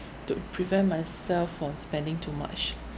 to prevent myself from spending too much